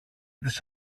τις